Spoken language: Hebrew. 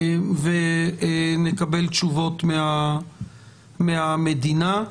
ונקבל תשובות מהמדינה.